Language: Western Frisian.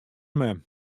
mem